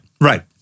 right